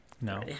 No